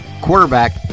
Quarterback